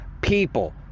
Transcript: people